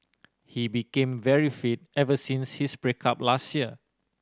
he became very fit ever since his break up last year